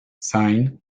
sine